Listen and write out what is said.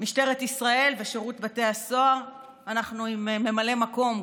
במשטרת ישראל ושירות בתי הסוהר אנחנו עם ממלאי מקום,